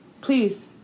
please